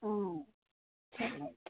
ಹ್ಞೂ ಟೈಮ್ ಆಯ್ತು